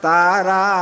Tara